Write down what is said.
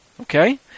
Okay